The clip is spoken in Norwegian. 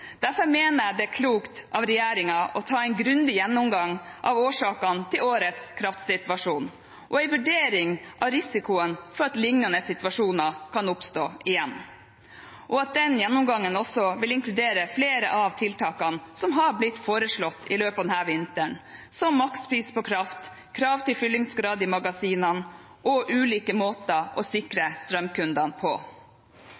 Derfor mener jeg det er klokt av regjeringen å ta en grundig gjennomgang av årsakene til årets kraftsituasjon og en vurdering av risikoen for at lignende situasjoner kan oppstå igjen. Den gjennomgangen vil også inkludere flere av tiltakene som har blitt foreslått i løpet av denne vinteren, som makspris på kraft, krav til fyllingsgrad i magasinene og ulike måter å sikre